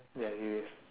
ya serious